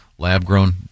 lab-grown